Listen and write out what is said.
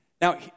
Now